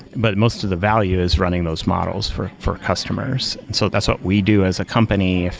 but most of the value is running those models for for customers. so that's what we do as a company,